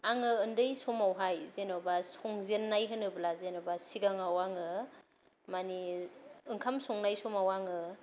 आङो ओन्दै समावहाय जेन'बा संजेननाय होनोब्ला जेन'बा सिगाङाव आङो माने ओंखाम संनाय समाव आङो